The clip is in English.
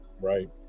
Right